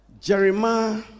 Jeremiah